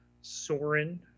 Soren